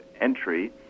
entry